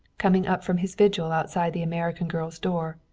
coming up from his vigil outside the american girl's door,